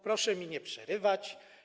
Proszę mi nie przerywać.